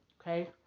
Okay